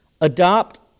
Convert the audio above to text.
adopt